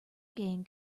gain